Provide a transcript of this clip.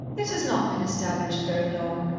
it has not been established very long.